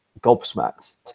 gobsmacked